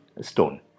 stone